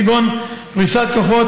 כגון פריסת כוחות,